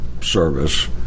service